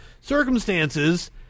circumstances